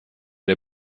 der